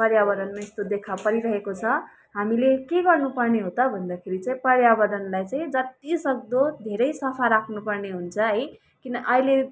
पर्यावरणमा यस्तो देखा परिरहेको छ हामीले के गर्नु पर्ने हो त भन्दाखेरि चैँ पर्यावरणलाई चाहिँ जति सक्दो धेरै सफा राख्नु पर्ने हुन्छ है किन अहिले